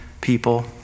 people